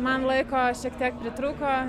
man laiko šiek tiek pritrūko